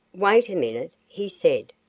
wait a minute, he said,